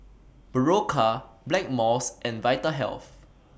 Berocca Blackmores and Vitahealth